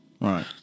Right